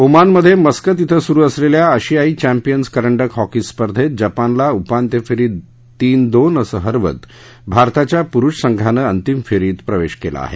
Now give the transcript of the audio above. Oman मध्ये Muscat श्वे सुरू असलेल्या आशियाई चष्टियन्स करंडक हॉकी स्पर्धेत जपानला उपांत्य फेरीत तीन दोन असं हरवत भारताच्या पुरुष संघानं अंतिम फेरीत प्रवेश केला आहे